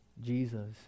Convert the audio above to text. Jesus